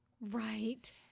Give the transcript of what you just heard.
Right